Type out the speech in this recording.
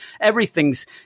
everything's